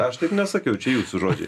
aš taip nesakiau čia jūsų žodžiai